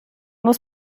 muss